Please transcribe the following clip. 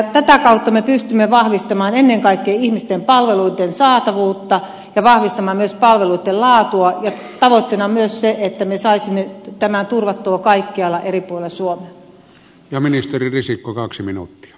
tätä kautta me pystymme vahvistamaan ennen kaikkea ihmisten palveluitten saatavuutta ja vahvistamaan myös palveluitten laatua ja tavoitteena on myös se että me saisimme tämän turvattu kaikkialla eri puolilla suomea